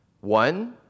One